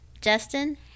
Justin